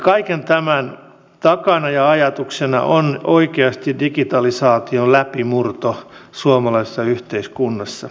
kaiken tämän takana ja ajatuksena on oikeasti digitalisaation läpimurto suomalaisessa yhteiskunnassa